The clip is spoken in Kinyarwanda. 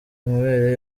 amabere